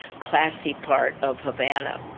classy part of havana.